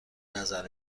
نظر